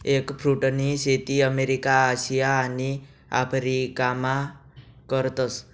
एगफ्रुटनी शेती अमेरिका, आशिया आणि आफरीकामा करतस